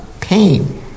pain